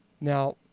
Now